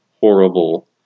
horrible